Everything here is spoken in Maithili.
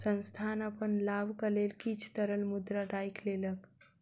संस्थान अपन लाभक लेल किछ तरल मुद्रा राइख लेलक